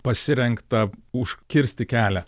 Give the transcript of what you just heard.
pasirengta užkirsti kelią